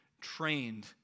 trained